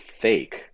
fake